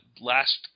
last